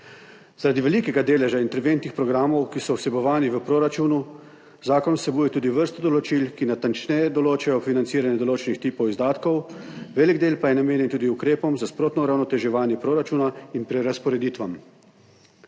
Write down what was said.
Zaradi velikega deleža interventnih programov, ki so vsebovani v proračunu, zakon vsebuje tudi vrsto določil, ki natančneje določajo financiranje določenih tipov izdatkov, velik del pa je namenjen tudi ukrepom za sprotno uravnoteženje proračuna in prerazporeditvam.